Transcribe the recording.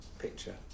picture